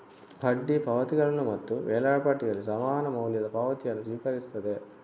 ಬಡ್ಡಿ ಪಾವತಿಗಳನ್ನು ಮತ್ತು ವೇಳಾಪಟ್ಟಿಯಲ್ಲಿ ಸಮಾನ ಮೌಲ್ಯದ ಪಾವತಿಯನ್ನು ಸ್ವೀಕರಿಸುತ್ತದೆ